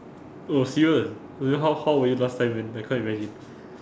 oh serious then how how were you last time man I can't imagine